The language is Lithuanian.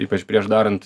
ypač prieš darant